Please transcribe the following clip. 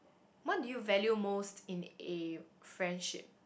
what do you value most in a friendship